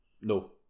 no